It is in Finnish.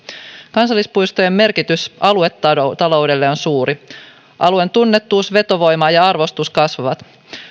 kansallispuistojen merkitys aluetaloudelle on suuri alueen tunnettuus vetovoima ja arvostus kasvavat